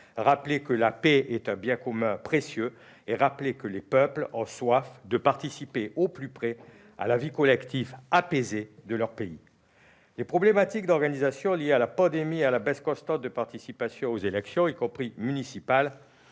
joyau, que la paix est un bien commun précieux et que les peuples ont soif de participer au plus près à la vie collective apaisée de leur pays. Les problématiques d'organisation liées à la pandémie et la baisse constante de participation aux élections, y compris municipales,